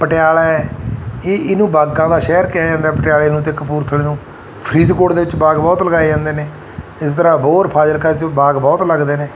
ਪਟਿਆਲਾ ਹੈ ਇਹ ਇਹਨੂੰ ਬਾਗਾਂ ਦਾ ਸ਼ਹਿਰ ਕਿਹਾ ਜਾਂਦਾ ਪਟਿਆਲੇ ਨੂੰ ਅਤੇ ਕਪੂਰਥਲੇ ਨੂੰ ਫਰੀਦਕੋਟ ਦੇ ਵਿੱਚ ਬਾਗ ਬਹੁਤ ਲਗਾਏ ਜਾਂਦੇ ਨੇ ਇਸ ਤਰ੍ਹਾਂ ਅਬੋਹਰ ਫਾਜ਼ਿਲਕਾ 'ਚ ਬਾਗ ਬਹੁਤ ਲੱਗਦੇ ਨੇ